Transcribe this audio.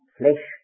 flesh